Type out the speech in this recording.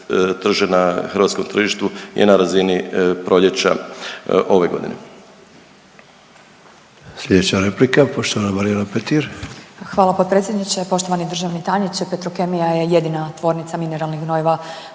na hrvatskom tržištu je na razini proljeća ove godine.